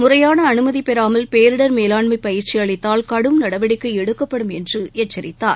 முறையான அனுமதி பெறாமல் பேரிடர் மேலாண்மை பயிற்சி அளித்தால் கடும் நடவடிக்கை எடுக்கப்படும் என்று எச்சித்தார்